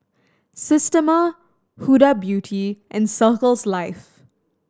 Systema Huda Beauty and Circles Life